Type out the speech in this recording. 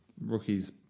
Rookies